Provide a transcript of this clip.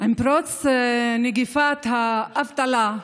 עם פרוץ מגפת האבטלה,